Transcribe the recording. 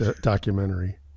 documentary